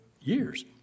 years